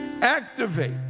Activate